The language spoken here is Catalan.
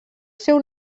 seu